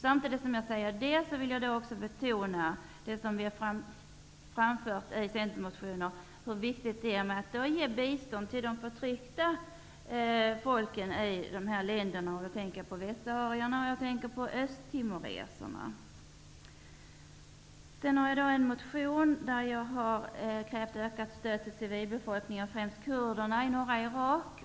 Samtidigt vill jag också betona vad vi har framfört i centermotioner om vikten av ge bistånd till de förtryckta folken i Västsahara och I en annan motion har jag krävt ökat stöd till civilbefolkningar, främst kurderna i norra Irak.